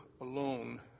alone